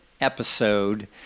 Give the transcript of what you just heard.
episode